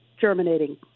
germinating